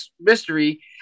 mystery